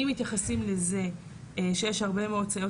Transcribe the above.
אם מתייחסים לזה שיש הרבה מאוד סייעות,